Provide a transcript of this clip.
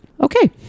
Okay